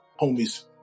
homies